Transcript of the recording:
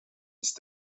ist